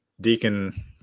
Deacon